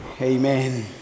Amen